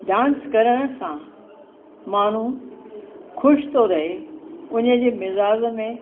dance करण सां माण्हू ख़ुशि थो रहे हुनजे मिज़ाज़ में